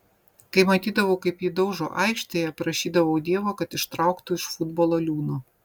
kai matydavau kaip jį daužo aikštėje prašydavau dievo kad ištrauktų iš futbolo liūno